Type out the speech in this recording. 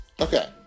Okay